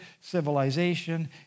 civilization